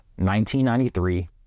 1993